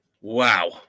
Wow